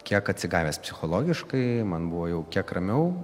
kiek atsigavęs psichologiškai man buvo jau kiek ramiau